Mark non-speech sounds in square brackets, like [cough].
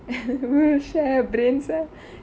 [laughs] we will share brains lah